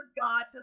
God